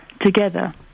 together